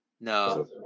No